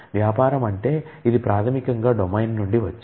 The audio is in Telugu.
వ్యాపారం అంటే ఇది ప్రాథమికంగా డొమైన్ నుండి వచ్చింది